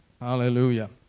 Hallelujah